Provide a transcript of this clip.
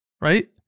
right